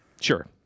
Sure